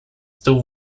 still